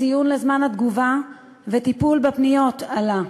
הציון לזמן התגובה וטיפול בפניות עלה,